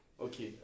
Okay